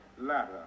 ladder